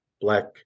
Black